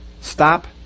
Stop